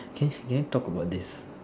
can can we talk about this